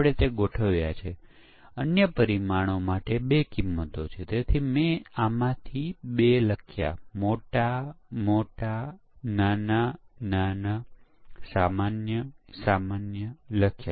તેથી એકમ કોડિંગ પૂર્ણ થયા પછી એકમ પરીક્ષણ હાથ ધરવામાં આવે છે અને તે સફળતાપૂર્વક કમ્પાઇલ કરે છે